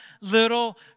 little